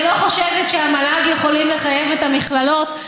אני לא חושבת שהמל"ג יכולים לחייב את המכללות,